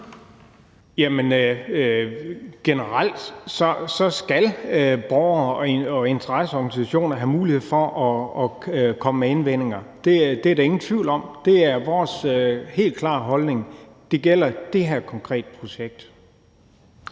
generelt skal borgere og interesseorganisationer have mulighed for at komme med indvendinger. Det er der ingen tvivl om. Det er vores helt klare holdning. Det gælder det her konkrete projekt.